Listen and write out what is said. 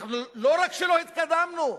לא רק שלא התקדמנו,